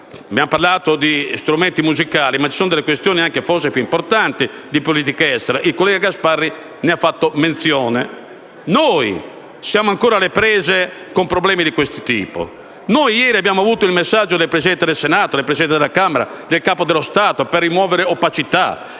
Abbiamo parlato di strumenti musicali, ma ci sono questioni forse più importanti di politica estera e il collega Gasparri ne ha fatto menzione. Noi siamo alle prese con problemi di questo tipo. Noi ieri abbiamo avuto il messaggio del Presidente del Senato, della Presidente della Camera e del Presidente dello Repubblica per rimuovere opacità